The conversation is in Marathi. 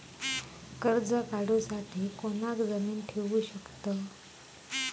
कर्ज काढूसाठी कोणाक जामीन ठेवू शकतव?